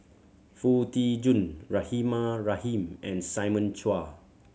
Foo Tee Jun Rahimah Rahim and Simon Chua